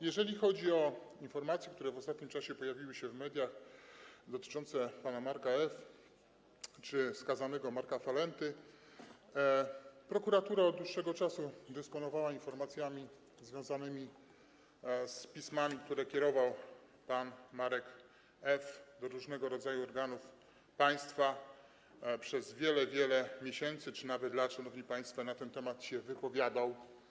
Jeżeli chodzi o informacje, które w ostatnim czasie pojawiły się w mediach, dotyczące pana Marka F. czy skazanego Marka Falenty, prokuratura od dłuższego czasu dysponowała informacjami związanymi z pismami, które kierował pan Marek F. do różnego rodzaju organów państwa przez wiele, wiele miesięcy czy nawet lat, szanowni państwo, i na ten temat się wypowiadał.